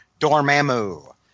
Dormammu